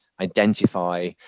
identify